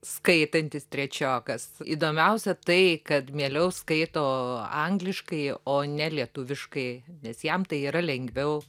skaitantis trečiokas įdomiausia tai kad mieliau skaito angliškai o ne lietuviškai nes jam tai yra lengviau